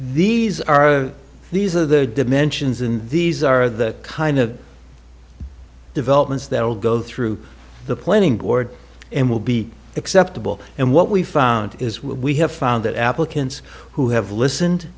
these are these are the dimensions and these are the kind of developments that will go through the planning board and will be acceptable and what we found is what we have found that applicants who have listened